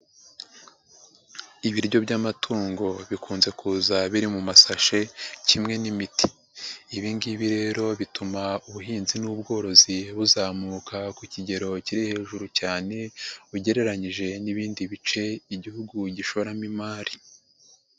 Ibiryo by'amatungo bikunze kuza biri mu masashe kimwe n'imiti, ibingibi rero bituma ubuhinzi n'ubworozi buzamuka ku kigero kiri hejuru cyane ugereranyije n'ibindi bice Igihugu gishoramo imari.